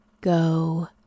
go